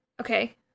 Okay